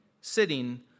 sitting